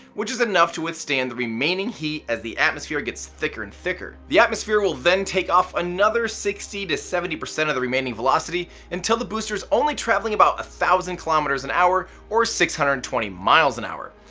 which is enough to withstand the remaining heat as the atmosphere gets thicker and thicker. the atmosphere will then take off another sixty to seventy percent of the remaining velocity until the booster is only traveling about one thousand kilometers an and hour or six hundred and twenty miles an hour.